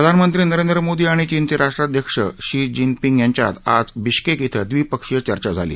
प्रधानमंत्री मोदी आणि चीनचे राष्ट्राध्यक्ष शी जीनपिंग यांच्यात आज बिश्केक शं द्विपक्षीय चर्चा झाली